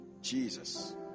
Jesus